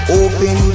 open